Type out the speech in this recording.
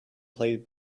played